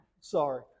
Sorry